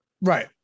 Right